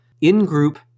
in-group